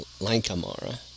Lankamara